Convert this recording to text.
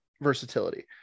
versatility